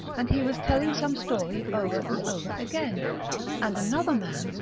and he was telling some story over and over again and another man,